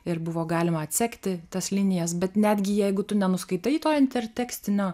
ir buvo galima atsekti tas linijas bet netgi jeigu tu nenuskaitai to intertekstinio